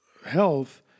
health